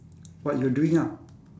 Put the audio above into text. what you doing ah